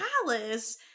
palace